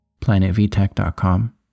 PlanetVtech.com